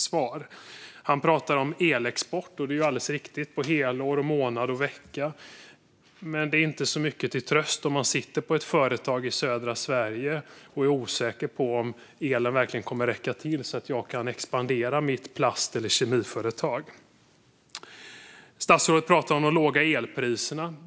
Statsrådet talar om elexport, och det är alldeles riktigt på helår, månad och vecka. Men det är en klen tröst om man sitter med ett företag i södra Sverige och är osäker på om elen verkligen kommer att räcka till så att man kan expandera sitt plast eller kemiföretag. Statsrådet talar om de låga elpriserna.